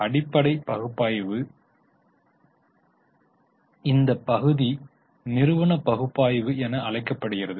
அடிப்படை பகுப்பாய்வு இந்த பகுதி நிறுவன பகுப்பாய்வு என அழைக்கப்படுகிறது